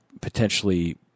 potentially